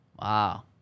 Wow